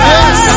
Yes